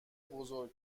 بزرگ